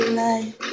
life